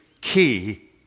key